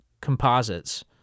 composites